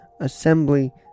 assembly